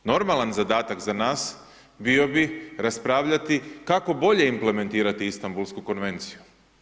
Normalan zadatak za nas bio bi raspravljati kako bolje implementirati Istanbulsku konvenciju.